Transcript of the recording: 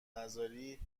نذاری